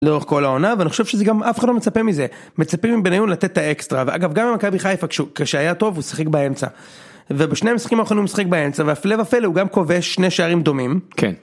לאורך כל העונה ואני חושב שזה גם אף אחד לא מצפה מזה, מצפים מבניון לתת את האקסטרה ואגב גם עם מכבי חיפה כשהיה טוב הוא שיחק באמצע, ובשני המשחקים האחרונים הוא משחק באמצע והפלא ופלא הוא גם כובש שני שערים דומים. כן